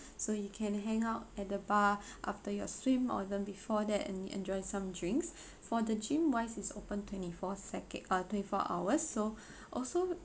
so you can hang out at the bar after your swim or even before that and enjoy some drinks for the gym wise is open twenty four seco~ uh twenty four hours so also